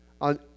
On